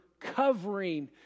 covering